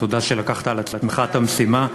תודה שלקחת על עצמך את המשימה.